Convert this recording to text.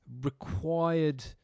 required